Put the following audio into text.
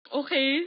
okay